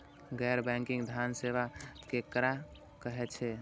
गैर बैंकिंग धान सेवा केकरा कहे छे?